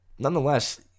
Nonetheless